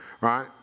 right